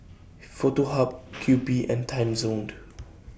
Foto Hub Kewpie and Timezone